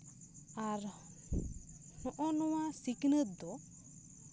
ᱟᱨ ᱱᱚᱜᱼᱚ ᱱᱚᱣᱟ ᱥᱤᱠᱷᱱᱟᱹᱛ ᱫᱚ